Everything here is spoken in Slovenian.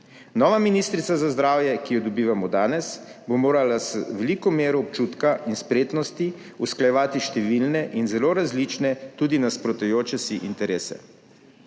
Nova ministrica za zdravje, ki jo dobivamo danes, bo morala z veliko mero občutka in spretnosti usklajevati številne in zelo različne, tudi nasprotujoče si interese.